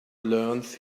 learns